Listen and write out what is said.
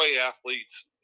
athletes